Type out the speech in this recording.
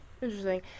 Interesting